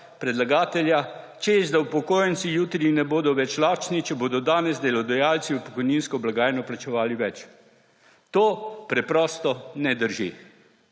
predlagatelja, češ da upokojenci jutri ne bodo več lačni, če bodo danes delodajalci v pokojninsko blagajno plačevali več. To preprosto ne drži,